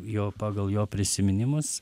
jo pagal jo prisiminimus